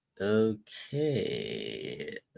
Okay